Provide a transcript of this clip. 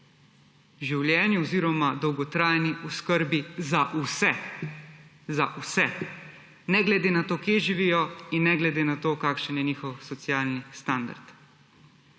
življenju oziroma dolgotrajni oskrbi za vse, za vse, ne glede na to, kje živijo, in ne glede na to, kakšen je njihov socialni standard.